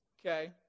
Okay